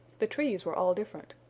the trees were all different.